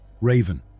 Raven